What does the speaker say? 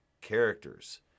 characters